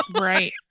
Right